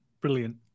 brilliant